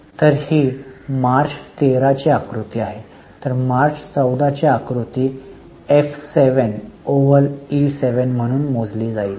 तर ही मार्च 13 ची आकृती आहे तर मार्च 14 ची आकृती F7 ओव्हल E7 म्हणून मोजली जाईल